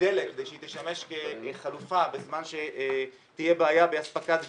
דלק כדי שהיא תשמש כחלופה בזמן שתהיה בעיה באספקת גז,